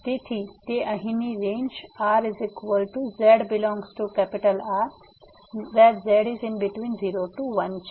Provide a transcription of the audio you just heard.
તેથી તે અહીંની રેંજ Rz∈R0≤z≤1 છે